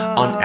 on